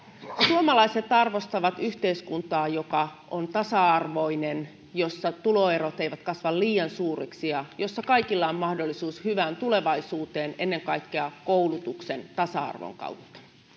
suomalaiset arvostavat yhteiskuntaa joka on tasa arvoinen jossa tuloerot eivät kasva liian suuriksi ja jossa kaikilla on mahdollisuus hyvään tulevaisuuteen ennen kaikkea koulutuksen tasa arvon kautta